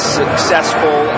successful